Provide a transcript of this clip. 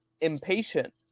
impatient